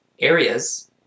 areas